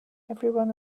everyone